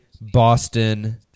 Boston